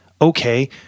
Okay